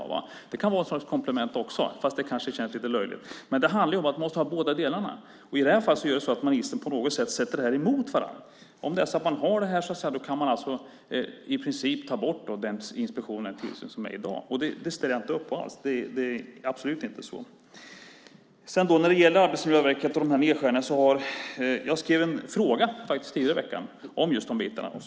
Det kan också vara ett komplement, fast det kanske känns lite löjligt. Vi måste ha båda delarna. I det här fallet sätter ministern detta på något sätt emot varandra. Om man har detta kan man i princip ta bort den inspektion och tillsyn som finns i dag. Det ställer jag inte upp på alls. Det är absolut inte så. Jag skrev en fråga tidigare i veckan om Arbetsmiljöverket och de här nedskärningarna, och jag fick ett svar på den.